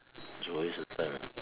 it's always a time ah